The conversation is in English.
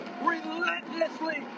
relentlessly